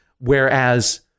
whereas